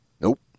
Nope